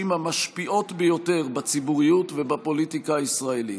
המשפיעות ביותר בציבוריות ובפוליטיקה הישראלית.